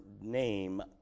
name